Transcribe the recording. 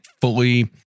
fully